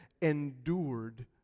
endured